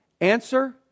Answer